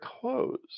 closed